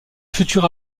futur